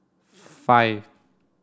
five